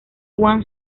wan